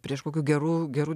prieš kokių gerų gerų